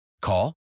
Call